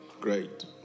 Great